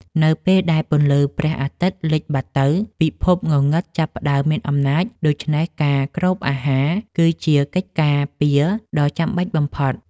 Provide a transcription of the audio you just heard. នៅពេលដែលពន្លឺព្រះអាទិត្យលិចបាត់ទៅពិភពងងឹតចាប់ផ្តើមមានអំណាច ដូច្នេះការគ្របអាហារ គឺជាកិច្ចការពារដ៏ចាំបាច់បំផុត។